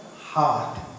heart